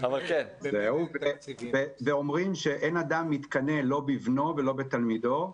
אומרים שאין אדם מתקנא, לא בבנו ולא בתלמידו,